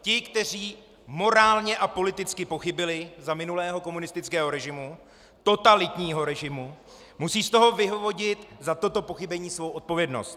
Ti, kteří morálně a politicky pochybili za minulého komunistického režimu, totalitního režimu, musí z toho vyvodit za toto pochybení svou odpovědnost.